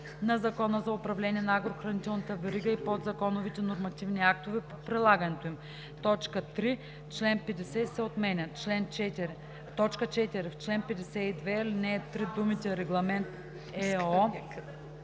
на Закона за управление на агрохранителната верига и подзаконовите нормативни актове по прилагането им.” 3. Член 50 се отменя. 4. В чл. 52, ал. 3 думите „Регламент (ЕО)